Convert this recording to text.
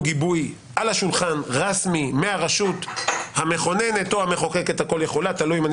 גיבוי על השולחן רשמי מהרשות המכוננת או המחוקקת הכול יכולה - תלוי,